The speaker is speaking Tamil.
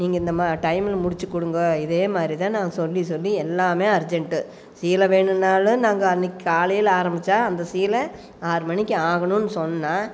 நீங்கள் இந்த மாதிரி டைமில் முடிச்சு கொடுங்க இதே மாதிரிதான் சொல்லி சொல்லி எல்லாம் அர்ஜெண்டு சீலை வேணும்னாலும் நாங்கள் அன்னைக்கு காலையில் ஆரம்மிச்சா அந்த சீலை ஆறு மணிக்கு ஆகணும்னு சொன்னால்